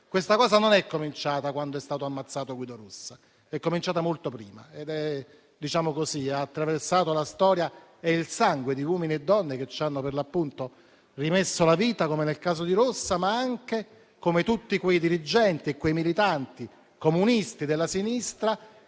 Questo non è cominciato quando è stato ammazzato Guido Rossa, ma molto prima ed ha attraversato la storia e il sangue di uomini e donne che ci hanno appunto rimesso la vita, come nel caso di Rossa, o come tutti quei dirigenti e quei militanti comunisti e della sinistra